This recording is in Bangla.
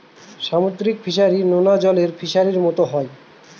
সামুদ্রিক ফিসারী, নোনা জলের ফিসারির মতো হয়